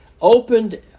opened